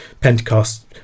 Pentecost